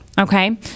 Okay